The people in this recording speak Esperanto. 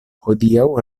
hodiaŭ